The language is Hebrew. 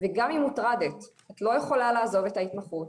גם אם הוטרדת, את לא יכולה לעזוב את ההתמחות,